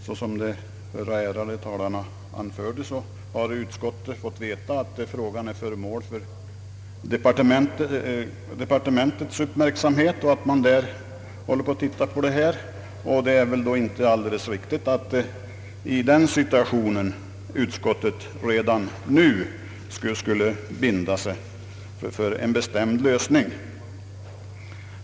Såsom de föregående ärade talarna nämnde har utskottet fått veta att frågan är föremål för departementets uppmärksamhet och då är det väl ändå inte alldeles riktigt att utskottet redan nu skulle binda sig för en bestämd lösning.